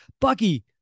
Bucky